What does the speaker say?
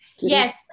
yes